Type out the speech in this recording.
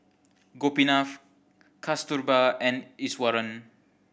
Gopinath Kasturba and Iswaran